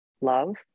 love